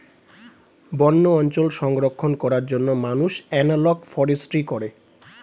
বন্য অঞ্চল সংরক্ষণ করার জন্য মানুষ এনালগ ফরেস্ট্রি করে